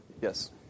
yes